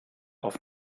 auf